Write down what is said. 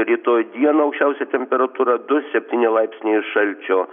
rytoj dieną aukščiausia temperatūra du septyni laipsniai šalčio